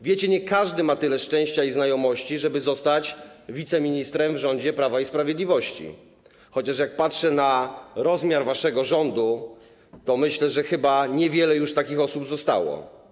Wiecie, nie każdy ma tyle szczęścia i znajomości, żeby zostać wiceministrem w rządzie Prawa i Sprawiedliwości, chociaż, jak patrzę na rozmiar waszego rządu, to myślę, że chyba niewiele już takich osób zostało.